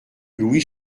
louis